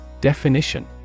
Definition